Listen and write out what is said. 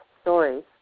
stories